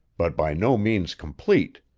but by no means complete.